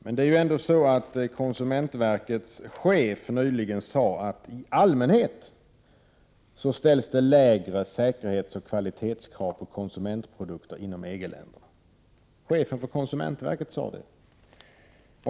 Men det är ändå så att konsumentverkets chef nyligen sade att i allmänhet så ställs lägre säkerhetsoch kvalitetskrav på konsumentprodukter inom EG-länderna.